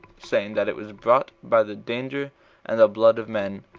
saying, that it was brought by the danger and the blood of men,